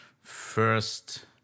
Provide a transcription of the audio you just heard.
first